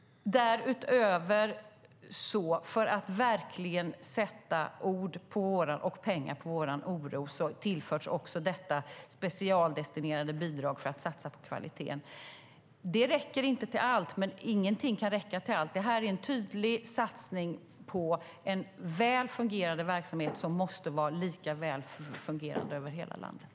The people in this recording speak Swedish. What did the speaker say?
Därutöver, för att vi verkligen ska sätta ord och pengar på vår oro, tillförs det specialdestinerade bidraget för att man ska satsa på kvaliteten. Det räcker inte till allt, men ingenting kan räcka till allt. Det här är en tydlig satsning på en väl fungerande verksamhet som måste vara lika väl fungerande över hela landet.